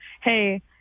hey